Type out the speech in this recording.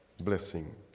blessing